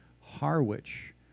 Harwich